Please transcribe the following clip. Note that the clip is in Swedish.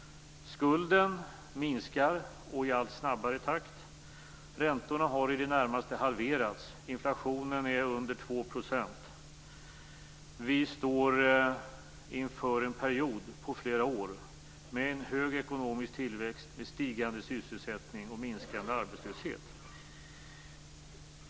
Skulden minskar, och i allt snabbare takt. Räntorna har i det närmaste halverats. Inflationen är under 2 %. Vi står inför en period på flera år med en hög ekonomisk tillväxt, stigande sysselsättning och minskande arbetslöshet.